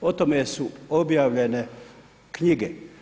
O tome su objavljene knjige.